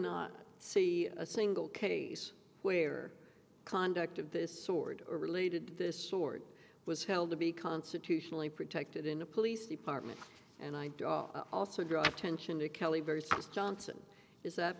not see a single case where conduct of this sword or related this sword was held to be constitutionally protected in a police department and i also draw attention to kelly very johnson is that